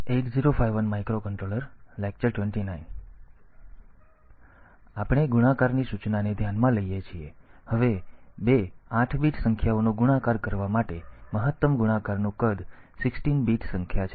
આગળ આપણે ગુણાકારની સૂચનાને ધ્યાનમાં લઈએ છીએ હવે બે 8 બીટ સંખ્યાઓનો ગુણાકાર કરવા માટે મહત્તમ ગુણાકારનું કદ 16 બીટ સંખ્યા છે